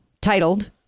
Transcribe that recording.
titled